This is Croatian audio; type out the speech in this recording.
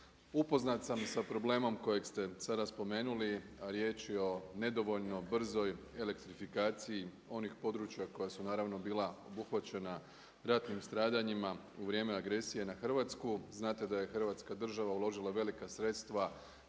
Upoznat sam sa problemom kojeg ste sada spomenuli, a riječ je o nedovoljno brzoj elektrifikaciji onih područja koji su naravno bila obuhvaćena ratnim stradanjima u vrijeme agresije na Hrvatsku. Znate da je Hrvatska država uložila velika sredstva